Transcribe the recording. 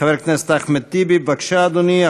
חבר הכנסת אחמד טיבי, בבקשה, אדוני.